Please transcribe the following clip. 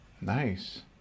nice